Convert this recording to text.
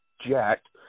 jacked